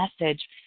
message